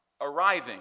arriving